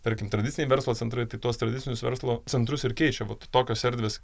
tarkim tradiciniai verslo centrai tai tuos tradicinius verslo centrus ir keičia vat tokios erdvės